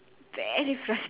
very frustrated